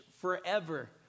forever